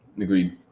Agreed